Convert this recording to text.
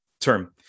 term